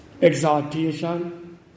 exaltation